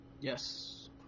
Yes